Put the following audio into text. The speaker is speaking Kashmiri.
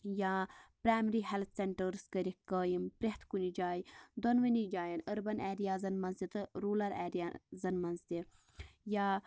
یا پرایمری ہیٚلتھ سیٚنٹرٲرٕس کٔرِکھ قٲیم پرٛتھ کُنہِ جایہِ دۄنوٕنی جایَن أربن ایریازَن مَنٛز تہِ تہٕ روٗرَل ایریازَن مَنٛز تہِ یا